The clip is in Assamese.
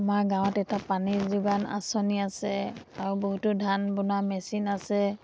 আমাৰ গাঁৱত এটা পানীৰ যোগান আঁচনি আছে আৰু বহুতো ধান বনোৱা মেচিন আছে